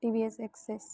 TVS access